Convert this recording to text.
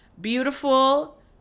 beautiful